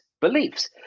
beliefs